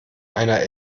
einer